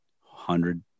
hundred